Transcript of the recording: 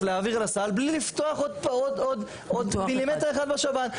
להעביר לסל בלי לפתוח עוד מילימטר אחד בשב"ן,